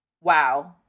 wow